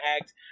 act